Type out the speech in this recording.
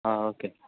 okay